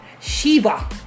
Shiva